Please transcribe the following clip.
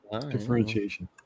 differentiation